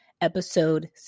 episode